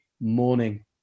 morning